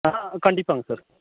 ஆ கண்டிப்பாங்க சார்